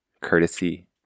courtesy